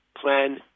Plan